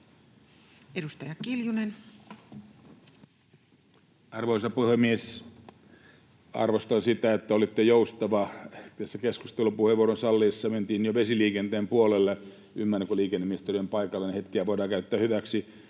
18:17 Content: Arvoisa puhemies! Arvostan sitä, että olitte joustava: keskustelupuheenvuoron salliessa mentiin jo vesiliikenteen puolelle. Ymmärrän, että kun liikenneministeri on paikalla, niin hetkeä voidaan käyttää hyväksi.